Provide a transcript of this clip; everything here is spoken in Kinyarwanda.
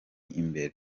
imbere